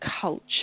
culture